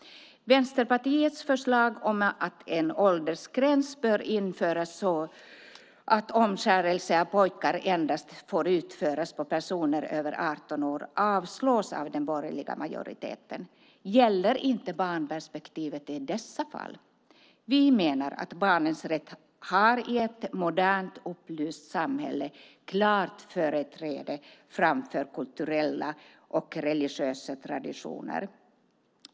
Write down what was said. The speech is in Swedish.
Vänsterpartiets förslag om att en åldersgräns bör införas så att omskärelse av pojkar endast får utföras på personer över 18 år avstyrks av den borgerliga majoriteten. Gäller inte barnperspektivet i dessa fall? Vi menar att barnets rätt i ett modernt upplyst samhälle har ett klart företräde framför kulturella och religiösa traditioner.